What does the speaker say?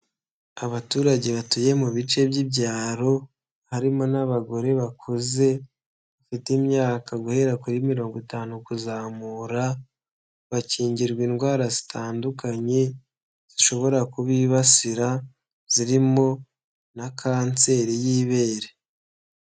Abaturage batuye mu bice by'ibyaro harimo n'abagore bakuze bafite imyaka guhera kuri mirongo itanu kuzamura bakingirwa indwara zitandukanye zishobora kubibasira zirimo na kanseri y'ibere.